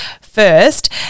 first